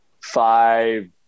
five